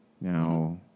Now